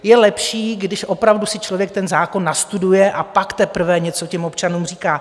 Je lepší, když opravdu si člověk ten zákon nastuduje a pak teprve něco těm občanům říká.